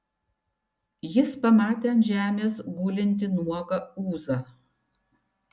jis pamatė ant žemės gulintį nuogą ūzą